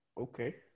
Okay